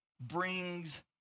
brings